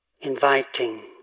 inviting